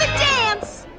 dance!